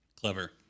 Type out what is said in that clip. clever